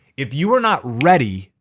if you are not ready,